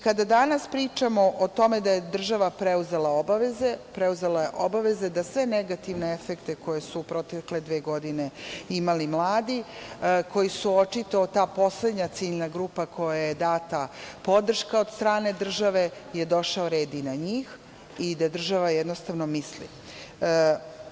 Kada danas pričamo o tome da je država preuzela obaveze, preuzela je obaveze da sve negativne efekte koje su u protekle dve godine imali mladi, koji su očito ta poslednja ciljna grupa kojoj je data podrška od strane države, je došao red i na njih i da država jednostavno misli na njih.